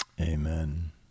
Amen